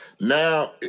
Now